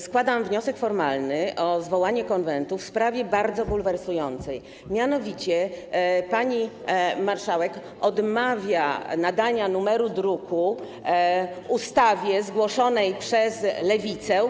Składam wniosek formalny o zwołanie Konwentu w sprawie bardzo bulwersującej, mianowicie: pani marszałek odmawia nadania numeru druku ustawie zgłoszonej przez Lewicę.